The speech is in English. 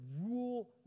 rule